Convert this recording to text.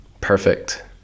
Perfect